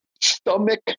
stomach